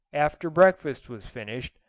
after breakfast was finished,